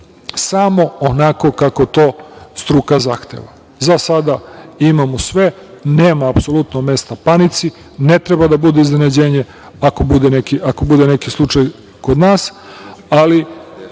samo onako kako to struka zahteva. Za sada imamo sve, nema apsolutno mesta panici, ne treba da bude iznenađenje ako bude neki slučaj kod nas. Ali,